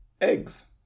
Eggs